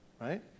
right